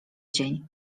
dzień